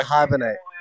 Hibernate